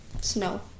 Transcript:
snow